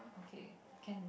okay can